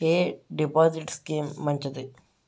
ఎ deposit scheme మంచిది?